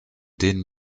denen